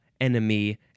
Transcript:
enemy